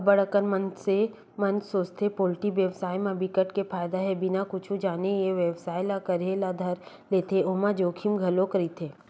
अब्ब्ड़ अकन मनसे मन सोचथे पोल्टी बेवसाय म बिकट के फायदा हे बिना कुछु जाने ए बेवसाय ल करे ल धर लेथे ओमा जोखिम घलोक रहिथे